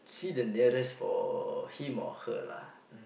see the nearest for him or her lah